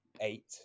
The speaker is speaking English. eight